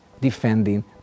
defending